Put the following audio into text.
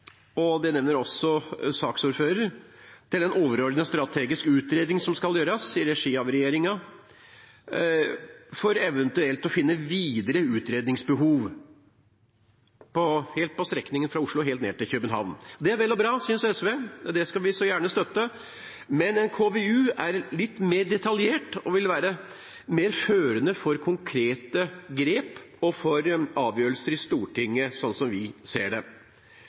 – det nevnte også saksordføreren – til den overordnede strategiske utredningen som skal gjøres i regi av regjeringen for eventuelt å finne videre utredningsbehov på hele strekningen fra Oslo ned til København. Det er vel og bra, synes SV, det skal vi gjerne støtte. Men en KVU er litt mer detaljert og vil være mer førende for konkrete grep og for avgjørelser i Stortinget, sånn som vi ser det.